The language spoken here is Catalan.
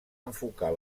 enfocar